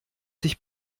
sich